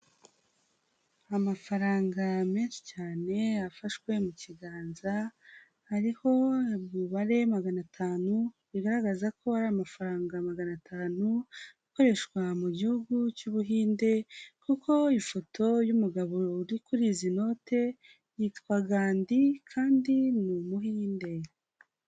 Amafaranga menshi cyane, afashwe mu kiganza, hariho umubare magana atanu, bigaragaza ko ari amafaranga magana atanu akoreshwa mu Gihugu cy'Ubuhinde kuko ifoto y'umugabo uri kuri izi note yitwa Gandi kandi ni umuhinde.